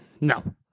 No